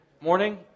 morning